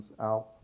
out